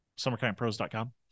summercamppros.com